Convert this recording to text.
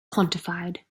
quantified